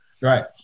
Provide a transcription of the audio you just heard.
Right